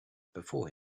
before